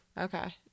okay